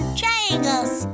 triangles